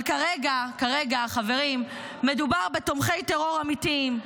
אבל כרגע, חברים, מדובר בתומכי טרור אמיתיים,